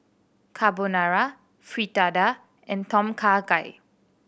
Carbonara Fritada and Tom Kha Gai